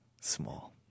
Small